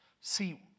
See